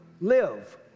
live